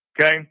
Okay